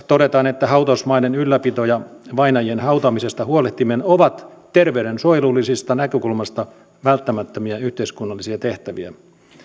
todetaan että hautausmaiden ylläpito ja vainajien hautaamisesta huolehtiminen ovat terveydensuojelullisesta näkökulmasta välttämättömiä yhteiskunnallisia tehtäviä